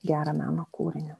gerą meno kūrinį